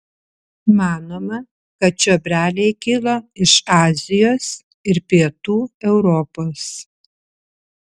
manoma kad čiobreliai kilo iš azijos ir pietų europos